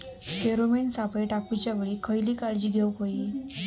Pheromone सापळे टाकूच्या वेळी खयली काळजी घेवूक व्हयी?